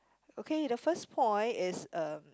okay the first point is uh